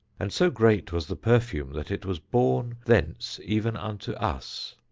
and so great was the perfume that it was borne thence even unto us.